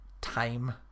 time